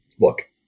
look